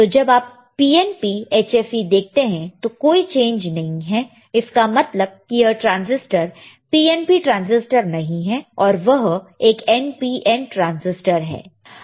तो जब आप PNP HFE देखते हैं तो कोई चेंज नहीं है इसका मतलब कि यह ट्रांसिस्टर PNP ट्रांजिस्टर नहीं है और वह एक NPN ट्रांजिस्टर है